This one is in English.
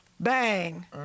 bang